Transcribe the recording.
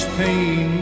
pain